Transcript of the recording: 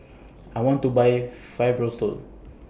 I want to Buy Fibrosol